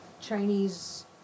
Chinese